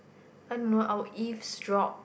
uh no no I would eavesdrop